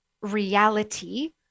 reality